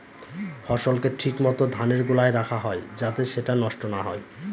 ফসলকে ঠিক মত ধানের গোলায় রাখা হয় যাতে সেটা নষ্ট না হয়